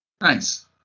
Nice